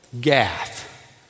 Gath